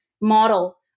model